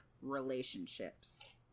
relationships